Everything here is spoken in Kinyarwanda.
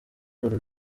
uru